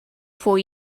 for